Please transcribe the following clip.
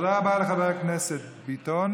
תודה רבה לחבר הכנסת ביטון.